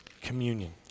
communion